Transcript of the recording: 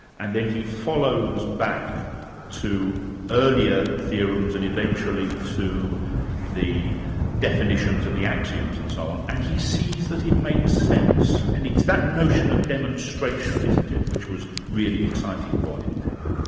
and then he follows back to earlier theorems and eventually to the definitions and the axioms and so on, and he sees that it makes sense. and it's that notion of demonstration, isn't it, which was really exciting for him?